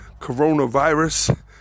coronavirus